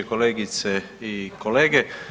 Kolegice i kolege.